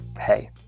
hey